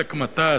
עלק מטס.